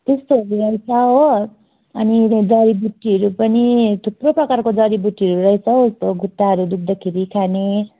त्यस्तोहरू रहेछ हो अनि जडीबुटीहरू पनि थुप्रो प्रकारको जडीबुटीहरू रहेछ हौ यस्तो खुट्टाहरू दुख्दाखेरि खाने